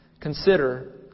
Consider